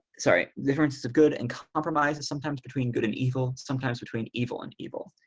sorry differences of good and compromises sometimes between good and evil, sometimes between evil and evil.